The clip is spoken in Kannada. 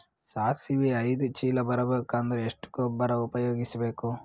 ಸಾಸಿವಿ ಐದು ಚೀಲ ಬರುಬೇಕ ಅಂದ್ರ ಎಷ್ಟ ಗೊಬ್ಬರ ಉಪಯೋಗಿಸಿ ಬೇಕು?